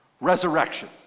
resurrection